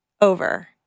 Over